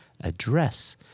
address